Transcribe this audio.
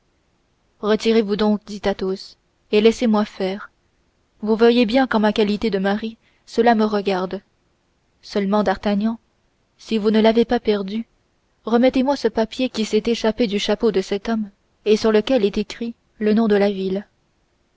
retirez-vous donc dit athos et laissez-moi faire vous voyez bien qu'en ma qualité de mari cela me regarde seulement d'artagnan si vous ne l'avez pas perdu remettez moi ce papier qui s'est échappé du chapeau de cet homme et sur lequel est écrit le nom de la ville